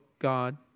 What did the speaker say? God